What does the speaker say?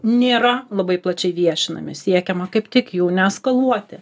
nėra labai plačiai viešinami siekiama kaip tik jų neeskaluoti